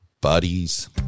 buddies